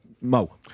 Mo